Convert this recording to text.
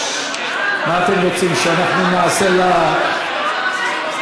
מה אתם רוצים, שאנחנו נעשה לה ז'קלין,